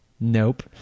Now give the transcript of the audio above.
Nope